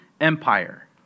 empire